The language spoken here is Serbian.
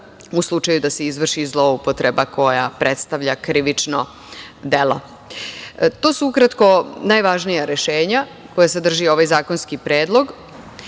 u slučaju da se izvrši zloupotreba koja predstavlja krivično delo. To su ukratko najvažnija rešenja koja sadrži ovaj zakonski